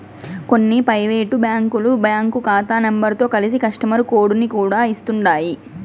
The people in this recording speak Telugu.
కొన్ని పైవేటు బ్యాంకులు బ్యాంకు కాతా నెంబరుతో కలిసి కస్టమరు కోడుని కూడా ఇస్తుండాయ్